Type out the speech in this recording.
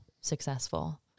successful